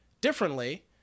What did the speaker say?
differently